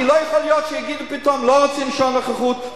כי לא יכול להיות שיגידו פתאום לא רוצים שעון נוכחות,